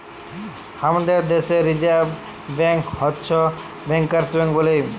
হামাদের দ্যাশে reserve bank হচ্ছ ব্যাংকার্স ব্যাঙ্ক বলে